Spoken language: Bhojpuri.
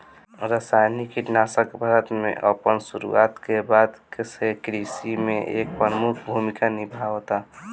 रासायनिक कीटनाशक भारत में अपन शुरुआत के बाद से कृषि में एक प्रमुख भूमिका निभावता